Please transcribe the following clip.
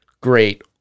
great